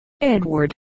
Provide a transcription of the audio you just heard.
Edward